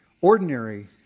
Ordinary